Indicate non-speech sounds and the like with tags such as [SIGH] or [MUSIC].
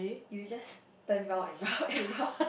you just turn round and round [LAUGHS] and round